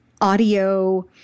audio –